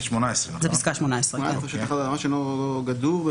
בפסקה (18) נראים לנו מיותרים.